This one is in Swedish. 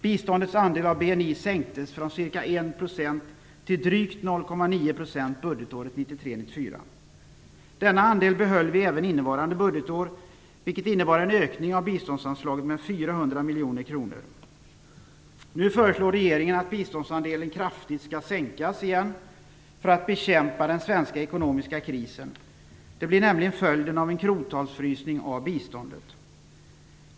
Biståndets andel av BNI Denna andel behöll vi även innevarande budgetår, vilket innebar en ökning av biståndsanslaget med 400 miljoner kronor. Nu föreslår regeringen att biståndsandelen kraftigt skall sänkas igen för att bekämpa den svenska ekonomiska krisen. Det blir nämligen följden av en krontalsfrysning av biståndet.